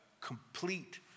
complete